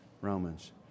Romans